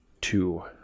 two